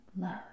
love